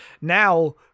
Now